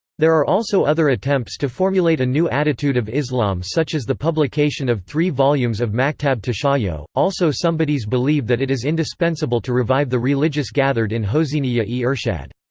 there are also other attempts to formulate a new attitude of islam such as the publication of three volumes of maktab tashayyo. also somebodies believe that it is indispensable to revive the religious gathered in hoseyniyeh-e-ershad.